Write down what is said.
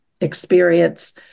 experience